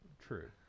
True